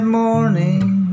morning